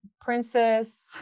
princess